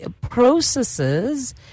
processes